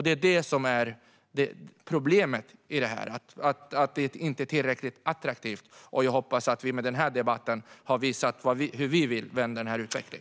Det är detta som är problemet: att det inte är tillräckligt attraktivt. Jag hoppas att vi med denna debatt har visat hur vi vill vända denna utveckling.